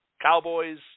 Cowboys